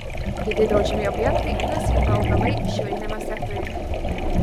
kiti draudžiami objektai nusilpę augalai šiauriniame sektoriuje